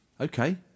okay